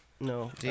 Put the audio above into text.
No